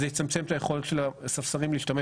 אז זה יצמצם את היכולת של הספסרים להשתמש